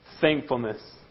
thankfulness